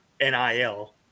NIL